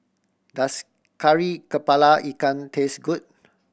does Kari Kepala Ikan taste good